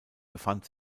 befand